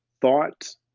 thought